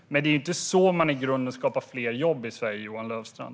Men det är inte så man i grunden skapar fler jobb i Sverige, Johan Löfstrand.